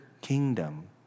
kingdom